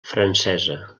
francesa